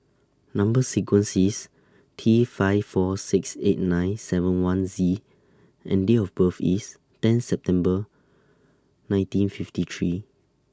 Number sequence IS T five four six eight nine seven one Z and Date of birth IS ten September nineteen fifty three